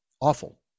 awful